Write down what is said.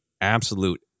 absolute